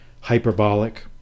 hyperbolic